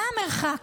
מה המרחק?